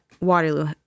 Waterloo